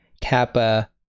kappa